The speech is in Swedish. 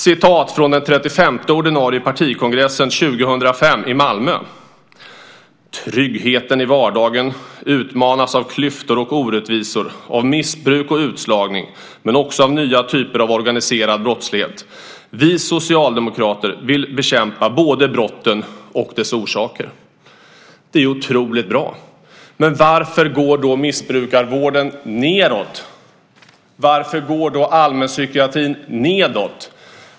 Vid den 35:e ordinarie partikongressen 2005 i Malmö sades följande: Tryggheten i vardagen utmanas av klyftor och orättvisor, av missbruk och utslagning, men också av nya typer av organiserad brottslighet. Vi socialdemokrater vill bekämpa både brotten och dess orsaker. Det är otroligt bra. Men varför går då missbrukarvården nedåt? Varför går allmänpsykiatrin nedåt?